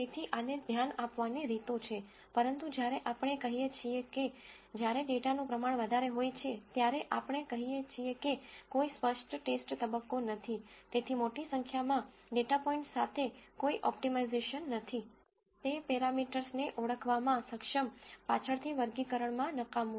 તેથી આને ધ્યાન આપવાની રીતો છે પરંતુ જ્યારે આપણે કહીએ છીએ કે જ્યારે ડેટાનું પ્રમાણ વધારે હોય છે ત્યારે આપણે કહીએ છીએ કે કોઈ સ્પષ્ટ ટેસ્ટ તબક્કો નથી તેથી મોટી સંખ્યામાં ડેટા પોઇન્ટ્સ સાથે કોઈ ઓપ્ટિમાઇઝેશન નથી તે પેરામીટર્સને ઓળખવામાં સક્ષમ પાછળથી વર્ગીકરણમાં નકામું છે